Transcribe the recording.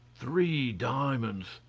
three diamonds!